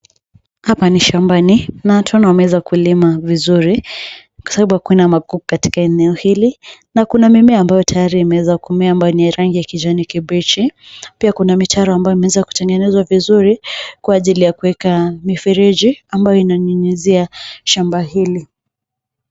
Hapa ni shambani na tunaona wameweza kulima vizuri Kwa sababu hakuna magugu katika eneo hili na kuna mimea ambayo tayari imeweza kumea ambayo ni ya rangi ya kijani kibichi, pia kuna mitaro ambayo imeweza kutengenezwa vizuri Kwa ajili ya kuweka mifereji ambayo inanyunyizia shamba hili.